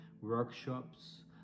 workshops